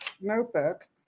notebook